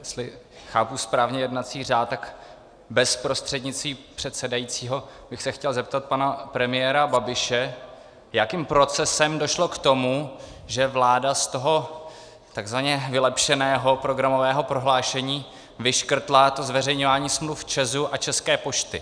Jestli chápu správně jednací řád, tak bez prostřednictví předsedajícího bych se chtěl zeptat pana premiéra Babiše, jakým procesem došlo k tomu, že vláda z toho tzv. vylepšeného programového prohlášení vyškrtla zveřejňování smluv ČEZu a České pošty.